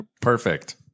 Perfect